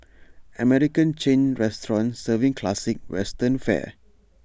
American chain restaurant serving classic western fare